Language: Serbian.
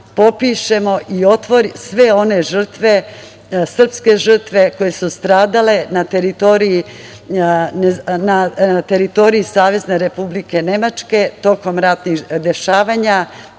popišemo sve one žrtve, srpske žrtve koje su stradale na teritoriji Savezne Republike Nemačke tokom ratnih dešavanja